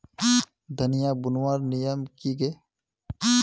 धनिया बूनवार नियम की गे?